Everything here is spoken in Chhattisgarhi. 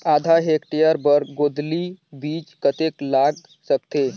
आधा हेक्टेयर बर गोंदली बीच कतेक लाग सकथे?